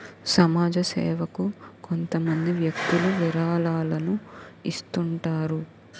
సమాజ సేవకు కొంతమంది వ్యక్తులు విరాళాలను ఇస్తుంటారు